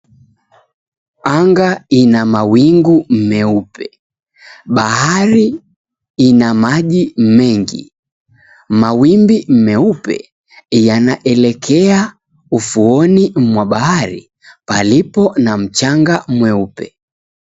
Anga ina mawingu meupe, bahari ina maji mengi, mawimbi meupe yanaelekea ufuoni mwa bahari palipo na mchanga mweupe.